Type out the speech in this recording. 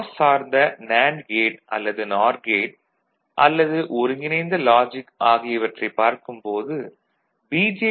mass சார்ந்த NAND gate அல்லது NOR gate அல்லது ஒருங்கிணைந்த லாஜிக் ஆகியவற்றைப் பார்க்கும் போது பி